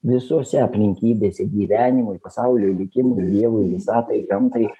visose aplinkybėse gyvenimui pasauliui likimui dievui visatai gamtai